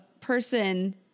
person